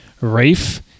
Rafe